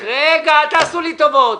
רק רגע, אל תעשו לי טובות.